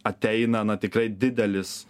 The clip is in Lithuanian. ateina na tikrai didelis